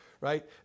right